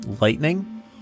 lightning